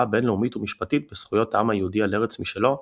בינלאומית ומשפטית בזכויות העם היהודי על ארץ משלו,